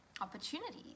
opportunities